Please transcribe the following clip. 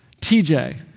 TJ